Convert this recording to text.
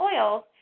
oils